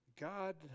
God